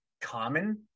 common